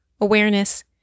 awareness